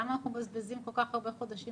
למה אנחנו מבזבזים כל כך הרבה חודשים?